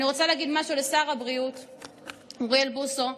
אני רוצה להגיד משהו לשר הבריאות אוריאל בוסו: